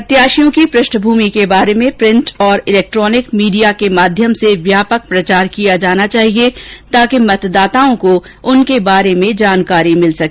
प्रत्याशियों की पृष्ठभूमि के बारे में प्रिन्ट और इलेक्ट्रॉनिक मीडिया के माध्यम से व्यापक प्रचार किया जाना चाहिए ताकि मतदाताओं को उनके बारे में जानकारी मिल सके